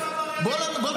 בוא נדבר על פלדשטיין.